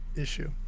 issue